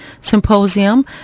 symposium